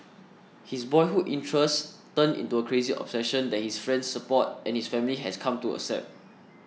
his boyhood interest turned into a crazy obsession that his friends support and his family has come to accept